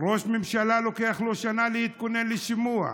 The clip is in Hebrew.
ראש ממשלה, לוקח לו שנה להתכונן לשימוע,